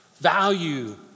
value